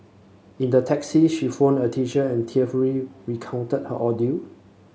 in the taxi she phoned a teacher and tearfully recounted her ordeal